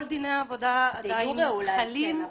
כל דיני העבודה עדיין חלים,